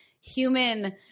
human